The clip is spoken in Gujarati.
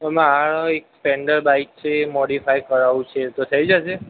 મારે એક સ્પ્લેન્ડર બાઈક છે મોડીફાઈ કરાવવું છે તો થઇ જશે